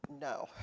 No